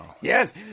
Yes